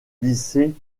lycée